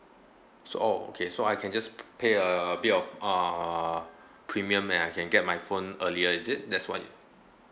so oh okay so I can just pay a bit of uh premium and I can get my phone earlier is it that's what